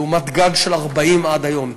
לעומת גג של 40 עד היום.